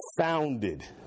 founded